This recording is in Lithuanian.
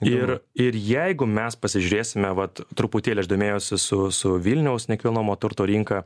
ir ir jeigu mes pasižiūrėsime vat truputėlį aš domėjausi su su vilniaus nekilnojamojo turto rinka